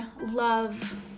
love